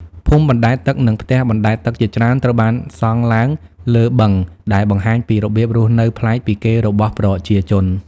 ភូមិអណ្តែតទឹក និងផ្ទះបណ្តែតទឹកជាច្រើនត្រូវបានសង់ឡើងលើបឹង ដែលបង្ហាញពីរបៀបរស់នៅប្លែកពីគេរបស់ប្រជាជន។